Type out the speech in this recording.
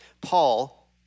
Paul